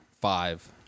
Five